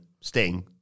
Sting